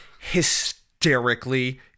hysterically